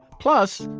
plus,